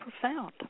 profound